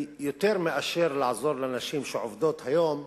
יותר מאשר לעזור לנשים שעובדות היום,